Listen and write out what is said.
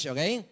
Okay